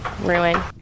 ruin